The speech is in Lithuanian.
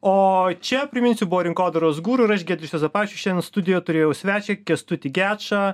o čia priminsiu buvo rinkodaros guru ir aš giedrius juozapavičius šiandien studijoj turėjau svečią kęstutį gečą